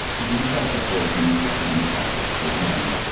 these i propose in the succeeding chapters to examine.